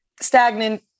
stagnant